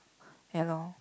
ya loh